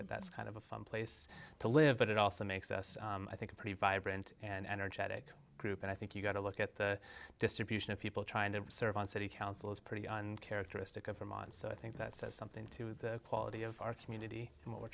that that's kind of a fun place to live but it also makes us i think a pretty vibrant and energetic group and i think you've got to look at the distribution of people trying to serve on city councils pretty and characteristic of for months so i think that says something to the quality of our community and what we're